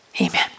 Amen